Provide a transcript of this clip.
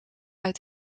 uit